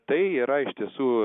tai yra iš tiesų